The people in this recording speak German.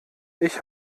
ich